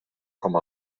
com